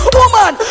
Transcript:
woman